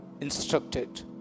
instructed